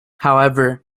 however